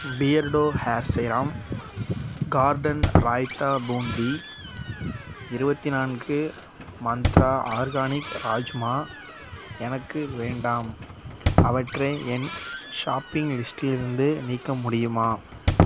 Beardo hair serum garden raita boondi இருபத்தி நான்கு Mantra organic rajma எனக்கு வேண்டாம் அவற்றை என் ஷாப்பிங் லிஸ்ட்டிலிருந்து நீக்க முடியுமா